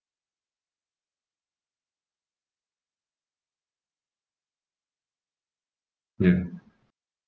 ya